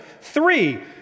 Three